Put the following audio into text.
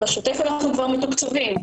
בשוטף אנחנו כבר מתוקצבים.